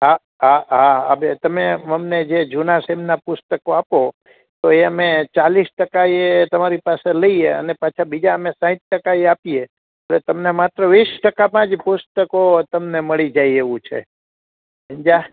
હાં હાં હાં આ બે તમે અમને જે જૂના સેમન પુસ્તકો આપો તો એ અમે ચાલીસ ટકા એ તમારી પાસે લઈએ અને પાછા બીજા અમે સાહિથ ટકા એ આપીએ આપડે વીસ ટકામાં પુસ્તકો તમને મળી જાય એવું છે સમજ્યાં